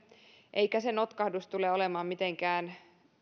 eikä se notkahdus tule olemaan mitenkään